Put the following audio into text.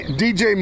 dj